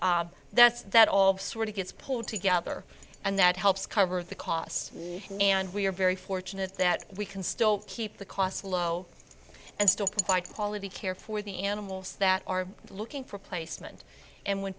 that's that all of sort of gets pulled together and that helps cover the costs and we are very fortunate that we can still keep the costs low and still provide quality care for the animals that are looking for placement and when